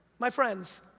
my friends,